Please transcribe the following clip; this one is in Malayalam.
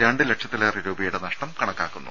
രണ്ടു ലക്ഷ ത്തിലേറെ രൂപയുടെ നഷ്ടം കണക്കാക്കുന്നു